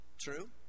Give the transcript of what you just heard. True